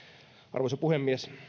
arvoisa puhemies